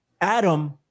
Adam